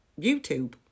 YouTube